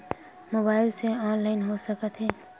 Mobile से online हो सकत हे?